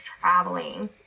traveling